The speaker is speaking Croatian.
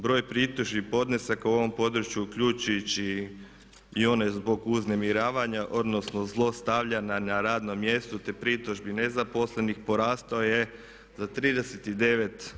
Broj pritužbi i podnesaka u ovom području uključujući i one zbog uznemiravanja odnosno zlostavljanja na radnom mjestu te pritužbi nezaposlenih porastao je za 39%